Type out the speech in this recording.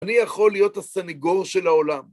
אני יכול להיות הסניגור של העולם.